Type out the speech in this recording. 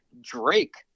Drake